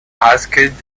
asked